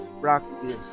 practice